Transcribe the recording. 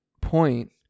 point